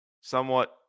somewhat